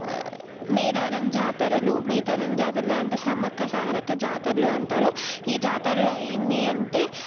మేడారం జాతరలు మేడారం జాతరలు అంటే సమ్మక్క సారక్క జాతరలు అంటారు ఈ జాతరలో ఏంటి అంటే